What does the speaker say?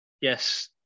Yes